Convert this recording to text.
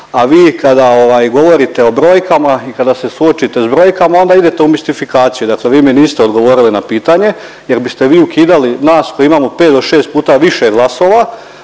A vi kada govorite o brojkama i kada se suočite s brojkama onda idete u mistifikaciju. Dakle, vi mi niste odgovorili na pitanje jer biste vi ukidali nas koji imamo pet do šest puta više glasova,